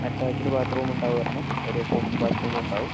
attached bathroom ഉണ്ടാവും ഒരെണ്ണം ഒരു കോമൺ ബാത്റൂമും ഉണ്ടാവും